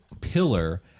pillar